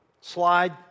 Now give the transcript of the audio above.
slide